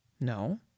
No